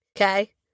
Okay